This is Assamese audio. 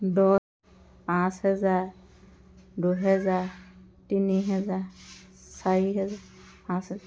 দহ পাঁচ হেজাৰ দুহেজাৰ তিনি হেজাৰ চাৰি হেজাৰ পাঁচ হেজাৰ